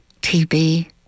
TB